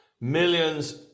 millions